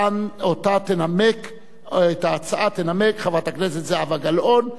את ההצעה תנמק חברת הכנסת זהבה גלאון,